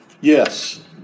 Yes